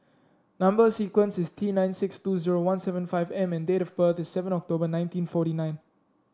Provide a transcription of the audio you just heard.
number sequence is T nine six two zero one seven five M and date of birth is seven October nineteen forty nine